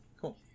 Cool